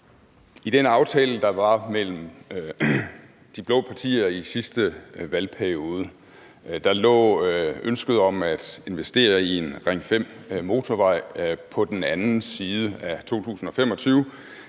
I den aftale, der var mellem de blå partier i sidste valgperiode, lå ønsket om at investere i en Ring 5-motorvej på den anden side af 2025,